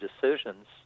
decisions